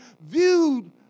viewed